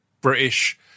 British-